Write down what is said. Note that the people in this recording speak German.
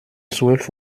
zwölf